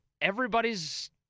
everybody's